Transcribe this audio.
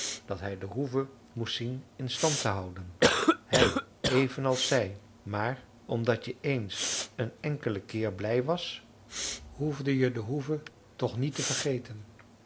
dat hij de hoeve moest zien in stand te houden hij evenals zij maar omdat je eens een enkelen keer blij was hoefde je de hoeve toch niet te vergeten